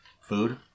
Food